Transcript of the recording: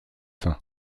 fin